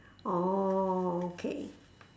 orh okay